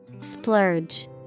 Splurge